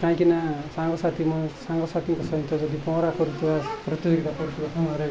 କାହିଁକିନା ସାଙ୍ଗସାଥି ମ ସାଙ୍ଗସାଥିୀଙ୍କ ସହିତ ଯଦି ପହଁରା କରୁଥିବା ପ୍ରତିଯୋଗିତା କରୁଥିବା ସମୟରେ